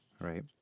right